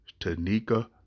Tanika